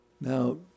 Now